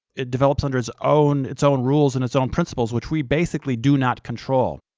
it develops under its own its own rules and its own principles, which we basically do not control.